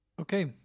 Okay